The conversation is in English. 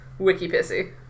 Wikipissy